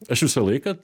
aš visą laiką